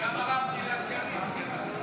גם הרב גלעד קריב.